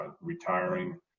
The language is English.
retiring